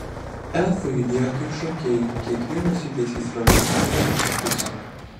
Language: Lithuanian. elfai judėjo kaip šokėjai kiekvienas judesys ramus ir lankstus